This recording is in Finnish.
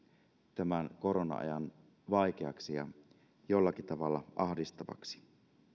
tämän korona ajan vaikeaksi ja jollakin tavalla ahdistavaksi